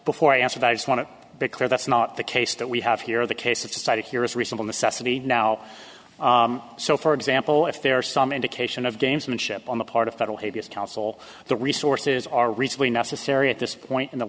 before i answer that i just want to because that's not the case that we have here the case of decided here is a reasonable necessity now so for example if there is some indication of gamesmanship on the part of federal habeas counsel the resources are recently necessary at this point in the